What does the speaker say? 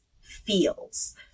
feels